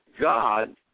God